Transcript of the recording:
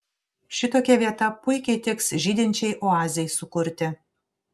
šitokia vieta puikiai tiks žydinčiai oazei sukurti